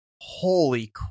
holy